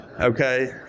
okay